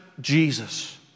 Jesus